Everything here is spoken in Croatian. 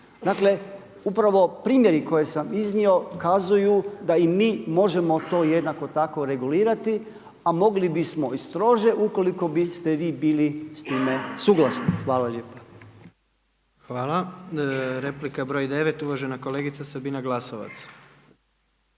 Dakle, upravo primjeri koje sam iznio kazuju da i mi možemo to jednako tako regulirati, a mogli bismo i strože ukoliko biste vi bili s time suglasni. Hvala lijepa. **Jandroković, Gordan (HDZ)** Hvala. Replika broj 9., uvažena kolegica Sabina Glasovac.